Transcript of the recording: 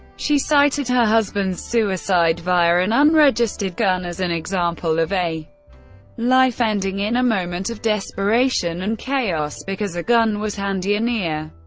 she cited her husband's suicide via an unregistered gun as an example of a life ending in a moment of desperation and chaos, because a gun was handy, or near.